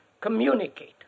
communicate